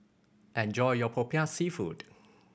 enjoy your Popiah Seafood